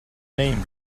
name